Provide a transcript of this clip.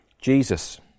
Jesus